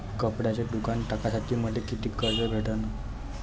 कपड्याचं दुकान टाकासाठी मले कितीक कर्ज भेटन?